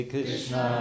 Krishna